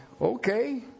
okay